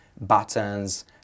buttons